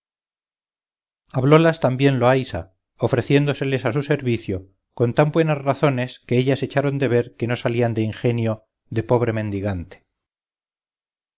procuraría hablólas también loaysa ofreciéndoseles a su servicio con tan buenas razones que ellas echaron de ver que no salían de ingenio de pobre mendigante